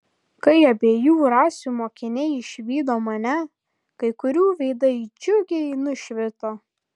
kai abiejų rasių mokiniai išvydo mane kai kurių veidai džiugiai nušvito